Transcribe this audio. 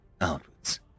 outwards